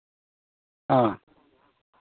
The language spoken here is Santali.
ᱚ